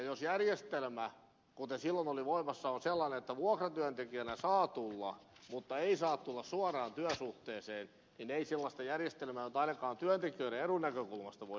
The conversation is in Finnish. jos järjestelmä kuten silloin oli voimassa on sellainen että vuokratyöntekijänä saa tulla mutta ei saa tulla suoraan työsuhteeseen niin ei sellaista järjestelmää nyt ainakaan työntekijöiden edun näkökulmasta voi perustella